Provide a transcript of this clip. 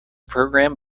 programmed